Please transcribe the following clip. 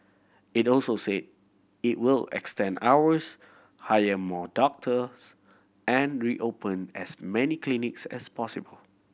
it also say it will extend hours hire more doctors and reopen as many clinics as possible